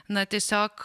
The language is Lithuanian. na tiesiog